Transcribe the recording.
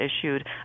issued